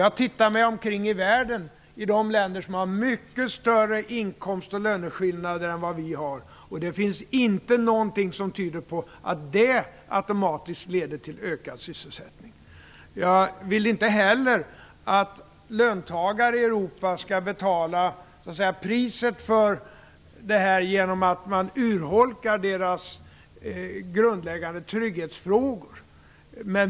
Jag tittar mig omkring i världen, i de länder som har mycket större inkomstoch löneskillnader än vad vi har, och där finns inte någonting som tyder på att detta automatiskt leder till ökad sysselsättning. Jag vill inte heller att löntagare i Europa skall betala priset för det här genom att deras grundläggande trygghetsfrågor urholkas.